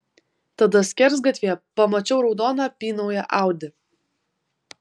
tada skersgatvyje pamačiau raudoną apynauję audi